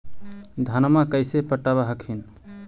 धन्मा कैसे पटब हखिन?